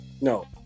No